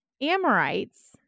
Amorites